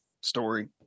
story